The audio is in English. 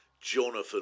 Jonathan